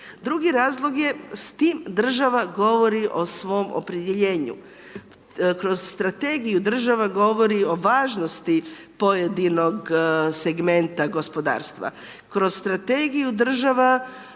Drugi razlog je s tim država govori o svom opredjeljenju, kroz strategiju država govori o važnosti pojedinog segmenta gospodarstva, kroz strategiju država,